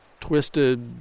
twisted